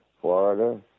Florida